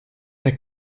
der